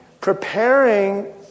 preparing